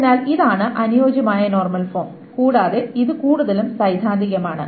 അതിനാൽ ഇതാണ് അനുയോജ്യമായ നോർമൽ ഫോം കൂടാതെ ഇത് കൂടുതലും സൈദ്ധാന്തികമാണ്